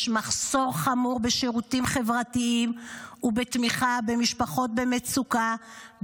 יש מחסור חמור בשירותים חברתיים ובתמיכה במשפחות במצוקה,